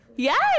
Yes